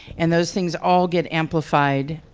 and those things all get amplified.